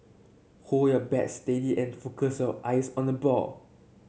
hold your bat steady and focus your eyes on the ball